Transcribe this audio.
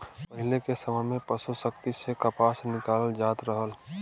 पहिले के समय में पसु शक्ति से कपास निकालल जात रहल